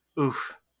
oof